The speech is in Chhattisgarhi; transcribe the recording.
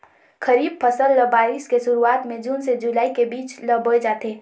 खरीफ फसल ल बारिश के शुरुआत में जून से जुलाई के बीच ल बोए जाथे